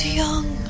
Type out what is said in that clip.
young